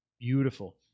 beautiful